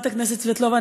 חברת הכנסת סבטלובה,